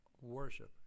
worship